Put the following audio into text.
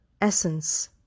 essence